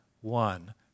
one